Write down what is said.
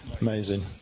amazing